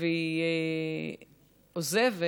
והיא עוזבת,